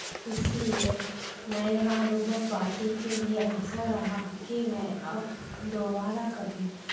इसलिए मेरा अनुभव बाटी के लिए ऐसा रहा कि मैं अब दोबारा कभी